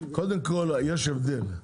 קודם כל, יש הבדל.